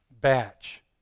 Batch